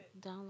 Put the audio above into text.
download